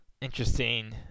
interesting